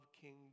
King